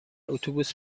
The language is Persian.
اتوبوس